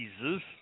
Jesus